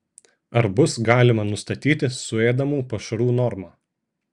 ar bus galima nustatyti suėdamų pašarų normą